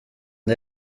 det